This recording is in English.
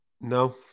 No